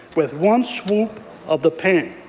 with one swoop of the pen.